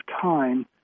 time